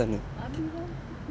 babi kau